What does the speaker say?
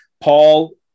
Paul